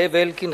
זאב אלקין,